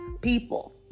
people